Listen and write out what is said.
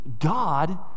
God